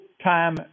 time